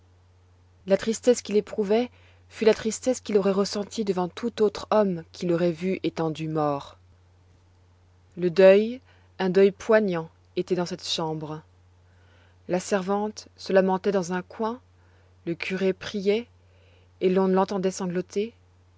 la tristesse qu'il éprouvait fut la tristesse qu'il aurait ressentie devant tout autre homme qu'il aurait vu étendu mort le deuil un deuil poignant était dans cette chambre la servante se lamentait dans un coin le curé priait et on l'entendait sangloter